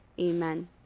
Amen